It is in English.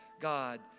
God